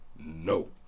No